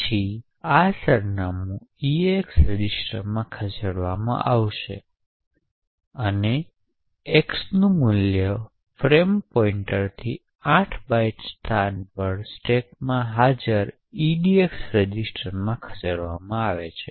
પછી આ સરનામું EAX રજિસ્ટરમાં ખસેડવામાં આવશે અનેનું મૂલ્ય X ફ્રેમ પોઇન્ટરથી 8 બાઇટ્સ સ્થાન પર સ્ટેકમાં હાજર EDX રજિસ્ટરમાં ખસેડવામાં આવશે